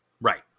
Right